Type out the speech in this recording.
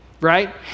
right